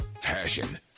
Passion